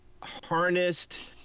harnessed